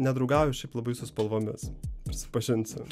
nedraugauju šiaip labai su spalvomis prisipažinsiu